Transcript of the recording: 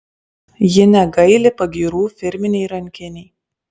ji negaili pagyrų firminei rankinei